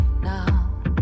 now